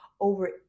over